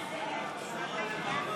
55 בעד,